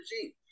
regime